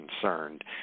concerned